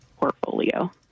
portfolio